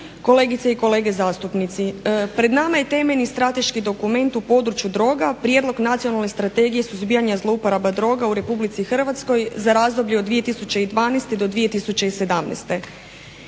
kolegice i kolege zastupnici. Pred nama je temeljni strateški dokument u području droga, prijedlog nacionalne strategije suzbijanja zlouporaba droga u Republici Hrvatskoj za razdoblje od 2012. do 2017.